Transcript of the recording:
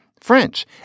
French